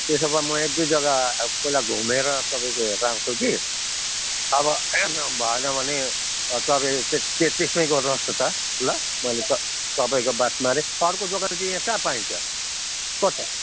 त्यसो भए म एकदुई जग्गा पहिला घुमेर तपाईँको हेरेर आउँछु कि अब भएन भने तपाईँ तेत्तिस नै गर्नुहोस् न त ल मैले तपाईँको बात मारे अर्को दोकान चाहिँ यहाँ कहाँ पाइन्छ कता